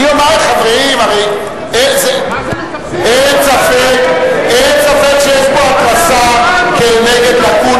אין ספק שיש פה התרסה כנגד לקונה,